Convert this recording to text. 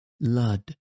Lud